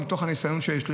ומתוך הניסיון שיש לי.